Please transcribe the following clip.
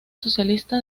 socialista